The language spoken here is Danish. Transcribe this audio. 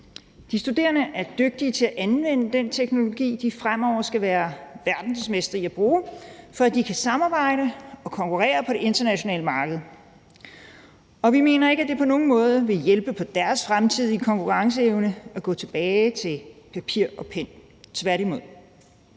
De studerende er dygtige til at anvende den teknologi, de fremover skal være verdensmestre i at bruge, for at de kan samarbejde og konkurrere på det internationale marked. Og vi mener ikke, at det på nogen måde vil hjælpe på deres fremtidige konkurrenceevne at gå tilbage til papir og pen – tværtimod.